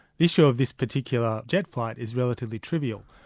the issue of this particular jet flight is relatively trivial.